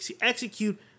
execute